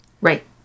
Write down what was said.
right